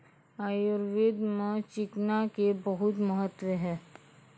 आयुर्वेद मॅ चिकना के बहुत महत्व छै